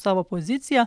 savo poziciją